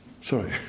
Sorry